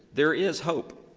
there is hope.